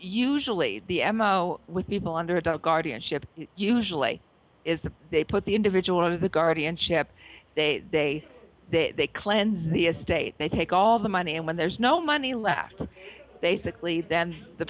usually the m o with people under the guardianship usually is that they put the individual or the guardianship they say that they cleanse the estate they take all the money and when there's no money left basically then the